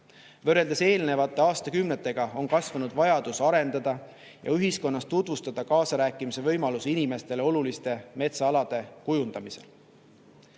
Võrreldes eelnevate aastakümnetega on kasvanud vajadus arendada ja ühiskonnas tutvustada kaasarääkimise võimalusi inimestele oluliste metsaalade kujundamisel.